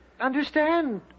understand